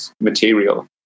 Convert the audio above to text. material